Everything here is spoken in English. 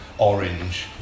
orange